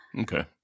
okay